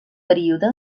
període